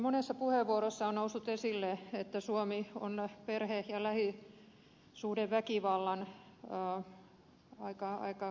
monessa puheenvuorossa on noussut esille että suomi on aika kärjessä mitä tulee perhe ja lähisuhdeväkivaltaan